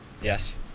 Yes